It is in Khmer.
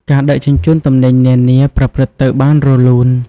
ការដឹកជញ្ជូនទំនិញនានាប្រព្រឹត្តទៅបានរលូន។